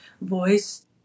voice